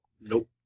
Nope